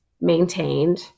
maintained